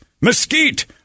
mesquite